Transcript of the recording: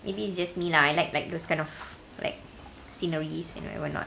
maybe it's just me lah I like like those kind of like sceneries and whatever not